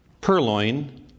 purloin